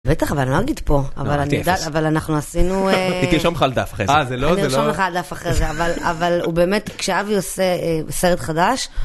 בטח, אבל אני לא אגיד פה, אבל אנחנו עשינו... היא תרשום לך על דף אחרי זה. אה, זה לא, זה לא... אני ארשום לך על דף אחרי זה. אבל הוא באמת, כשאבי עושה סרט חדש...